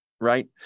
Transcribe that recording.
right